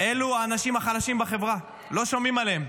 אלה האנשים החלשים בחברה, לא שומעים עליהם.